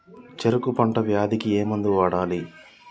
చెరుకు పంట వ్యాధి కి ఏ మందు వాడాలి?